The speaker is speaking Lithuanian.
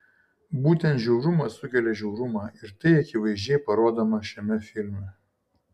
būtent žiaurumas sukelia žiaurumą ir tai akivaizdžiai parodoma šiame filme